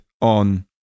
on